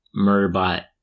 Murderbot